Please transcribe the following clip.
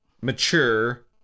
mature